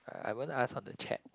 I won't ask on the chat